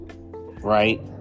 Right